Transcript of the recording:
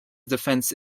defence